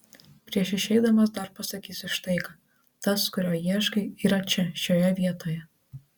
prieš išeidamas dar pasakysiu štai ką tas kurio ieškai yra čia šioje vietoje